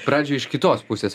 pradžioj iš kitos pusės